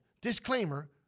disclaimer